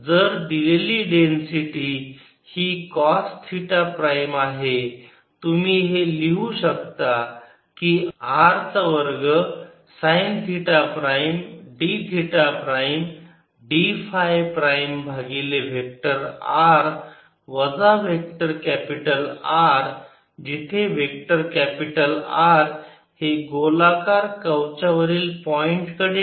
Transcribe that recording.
तर जर दिलेली डेन्सिटी ही कॉस थिटा प्राईम आहे तुम्ही हे लिहू शकता की R चा वर्ग sine theta prime d theta prime d phi prime भागिले वेक्टर r वजा वेक्टर कॅपिटल R जिथे वेक्टर कॅपिटल R हे गोलाकार कवचा वरील पॉईंटकडे निर्देशीत करते